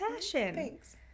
Thanks